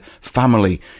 family